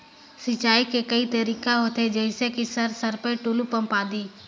सिंचाई के कई तरीका होथे? जैसे कि सर सरपैट, टुलु पंप, आदि?